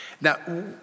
Now